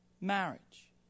marriage